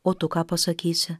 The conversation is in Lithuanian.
o tu ką pasakysi